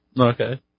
Okay